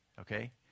Okay